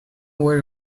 very